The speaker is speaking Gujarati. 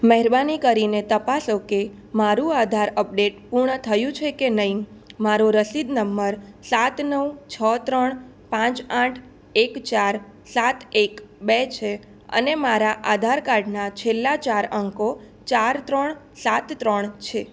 મહેરબાની કરીને તપાસો કે મારું આધાર અપડેટ પૂર્ણ થયું છે કે નહીં મારો રસીદ નંબર સાત નવ છો ત્રણ પાંચ આઠ એક ચાર સાત એક બે છે અને મારા આધાર કાર્ડના છેલ્લા ચાર અંકો ચાર ત્રણ સાત ત્રણ છે